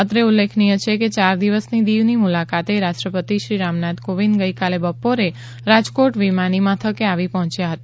અત્રે ઉલ્લેખનીય છે કે ચાર દિવસની દીવની મુલાકાતે રાષ્ટ્રપતિ શ્રી રામનાથ કોવિંદ ગઇકાલે બપોરે રાજકોટ વિમાની મથકે આવી પહોંચ્યા હતા